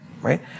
right